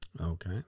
Okay